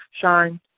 shine